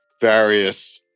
various